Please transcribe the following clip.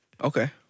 Okay